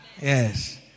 Yes